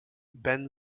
bend